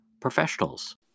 professionals